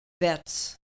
Bets